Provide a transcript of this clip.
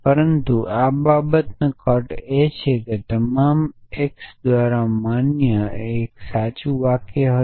પરંતુ આ બાબતનો કટ એ છે કે તમામ એક્સ દ્વારા માન્ય કરેલ એક વાક્ય સાચું હશે